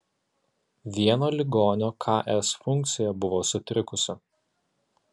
vieno ligonio ks funkcija buvo sutrikusi